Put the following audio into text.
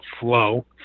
flow